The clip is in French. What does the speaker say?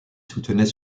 soutenait